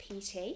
pt